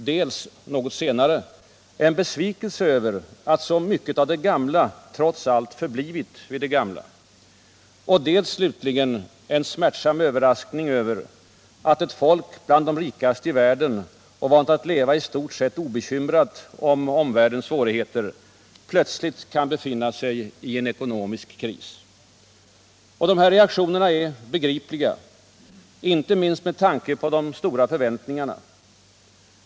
Dels — något senare — en besvikelse över att så mycket av det gamla trots allt förblivit vid det gamla. Och dels slutligen en smärtsam överraskning över att ett folk, bland de rikaste i världen och vant att leva i stort sett obekymrat om omvärldens svårigheter, plötsligt kan befinna sig i en ekonomisk kris, De här reaktionerna är begripliga. Inte minst med tanke på de stora förväntningarna.